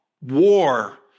war